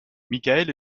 michaël